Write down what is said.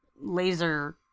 laser